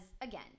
again